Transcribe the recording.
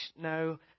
no